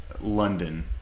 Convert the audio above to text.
London